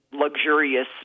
luxurious